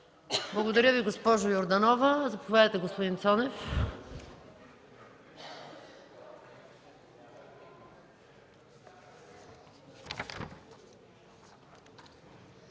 Благодаря Ви, госпожо Йорданова. Заповядайте, господин Цонев.